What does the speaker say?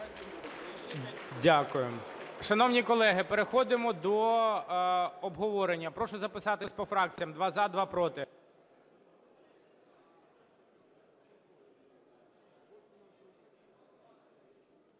Дякую. Шановні колеги, переходимо до обговорення. Прошу записатися по фракціям: два – за, два – проти.